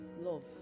Love